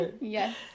Yes